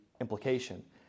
implication